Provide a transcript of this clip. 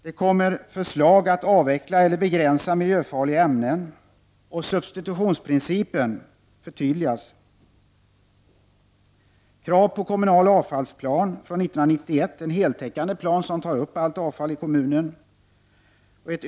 Det kommer förslag om att avveckla eller begränsa miljöfarliga ämnen, och substitutionsprincipen förtydligas. Krav ställs på kommunal avfallsplan från 1991, dvs. en heltäckande plan som tar upp allt avfall i kommunen.